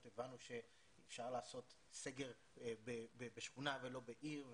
הבינו שאפשר לעשות סגר בשכונה ולא בעיר,